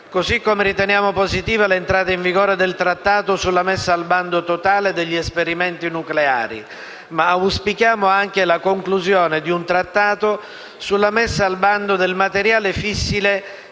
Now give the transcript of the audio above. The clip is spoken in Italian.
così come riteniamo positiva l'entrata in vigore del Trattato sulla messa al bando totale degli esperimenti nucleari (CTBT). Auspichiamo tuttavia anche la conclusione di un trattato sulla messa al bando del materiale fissile